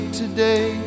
today